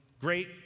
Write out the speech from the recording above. Great